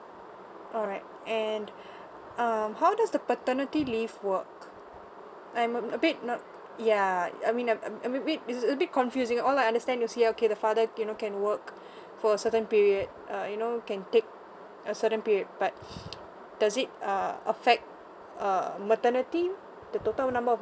alright and um how does the paternity leave worked I'm a bit not yeah I mean I'm I'm a bit it's a bit confusing all I understand you see ah okay the father you know can work for a certain period uh you know can take a certain period but does it uh affect uh maternity the total number of